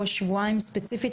מתווה משרד המשפטים,